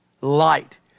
light